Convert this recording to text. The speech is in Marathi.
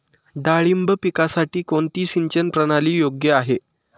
डाळिंब पिकासाठी कोणती सिंचन प्रणाली योग्य आहे?